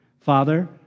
Father